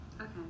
Okay